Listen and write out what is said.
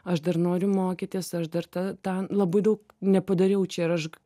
aš dar noriu mokytis aš dar ta tą labai daug nepadariau čia ir aš